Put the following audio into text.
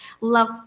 Love